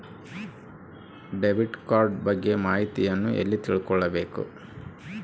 Debit card ಬಗ್ಗೆ ಮಾಹಿತಿಯನ್ನ ಎಲ್ಲಿ ತಿಳ್ಕೊಬೇಕು?